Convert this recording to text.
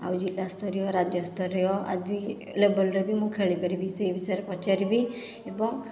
ଆଉ ଜିଲ୍ଲାସ୍ତରୀୟ ରାଜ୍ୟସ୍ତରୀୟ ଆଦି ଲେବଲରେ ବି ମୁଁ ଖେଳିପାରିବି ସେହି ବିଷୟରେ ପଚାରିବି ଏବଂ